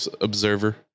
observer